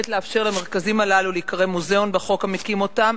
למרכזים הללו להיקרא "מוזיאון" בחוק המקים אותם,